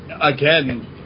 again